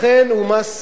ולכן הוא מס אנטי-חברתי,